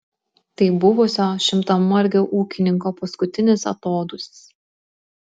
tai buvusio šimtamargio ūkininko paskutinis atodūsis